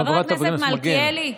חבר הכנסת מלכיאלי,